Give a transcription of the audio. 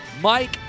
Mike